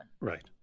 Right